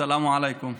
סלאם עליכום.